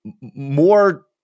more